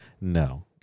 No